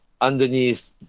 underneath